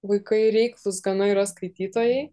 vaikai reiklūs gana yra skaitytojai